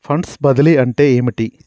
Funds బదిలీ అంటే ఏమిటి?